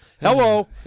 Hello